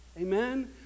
Amen